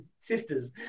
sisters